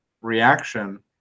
reaction